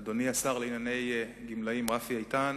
אדוני השר לענייני גמלאים רפי איתן,